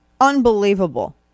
unbelievable